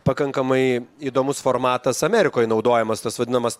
pakankamai įdomus formatas amerikoj naudojamas tas vadinamas